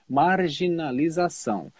marginalização